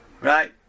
Right